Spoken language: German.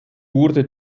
wurde